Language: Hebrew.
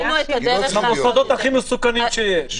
זה המוסדות הכי מסוכנים שיש.